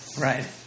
Right